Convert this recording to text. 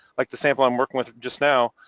like the sample i'm working with just now,